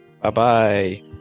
Bye-bye